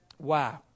Wow